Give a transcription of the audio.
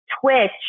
Twitch